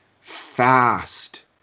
fast